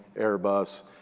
Airbus